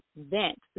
event